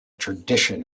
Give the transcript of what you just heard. tradition